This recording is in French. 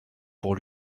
pour